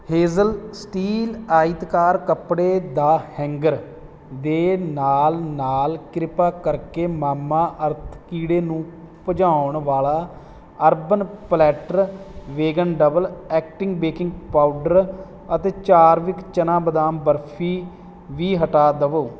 Hazel steel ਆਇਤਕਾਰ ਕੱਪੜੇ ਦਾ ਹੈਂਗਰ ਦੇ ਨਾਲ ਨਾਲ ਕ੍ਰਿਪਾ ਕਰਕੇ ਮਾਮਾਅਰਥ ਕੀੜੇ ਨੂੰ ਭਜਾਉਣ ਵਾਲਾ urban platter vegan double acting baking powder ਅਤੇ ਚਾਰਵਿਕ ਚਨਾ ਬਦਾਮ ਬਰਫੀ ਵੀ ਹਟਾ ਦੇਵੋ